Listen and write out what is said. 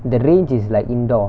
the range is like indoor